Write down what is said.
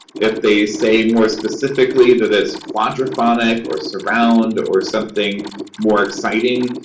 if they say more specifically that it's quadraphonic or surround or something more exciting,